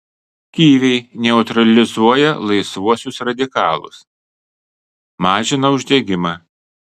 kiviai neutralizuoja laisvuosius radikalus mažina uždegimą